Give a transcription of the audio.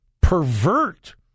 pervert